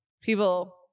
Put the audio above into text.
people